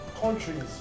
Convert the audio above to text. countries